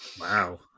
Wow